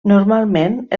normalment